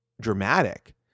dramatic